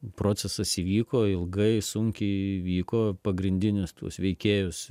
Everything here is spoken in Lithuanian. procesas įvyko ilgai sunkiai vyko pagrindinius tuos veikėjus